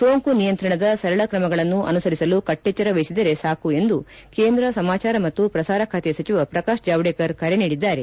ಸೋಂಕು ನಿಯಂತ್ರಣದ ಸರಳ ಕ್ರಮಗಳನ್ನು ಅನುಸರಿಸಲು ಕಟ್ಟೇಚ್ವರ ವಹಿಸಿದರೆ ಸಾಕು ಎಂದು ಕೇಂದ್ರ ಸಮಾಚಾರ ಮತ್ತು ಪ್ರಸಾರ ಖಾತೆ ಸಚಿವ ಪ್ರಕಾಶ್ ಜಾವಡೇಕರ್ ಕರೆ ನೀಡಿದ್ದಾರೆ